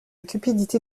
cupidité